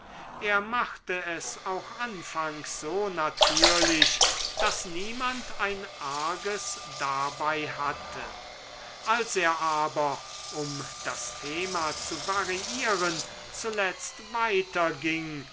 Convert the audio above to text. er machte es auch anfangs so natürlich daß niemand ein arges dabei hatte als er aber um das thema zu variieren zuletzt